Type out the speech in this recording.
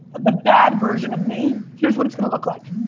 the bad version of me, here's what it's going to look like.